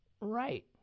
right